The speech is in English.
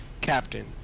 Captain